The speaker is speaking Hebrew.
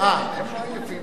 מסירה.